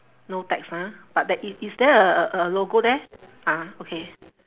no text ah but there i~ is there a a a logo there ah okay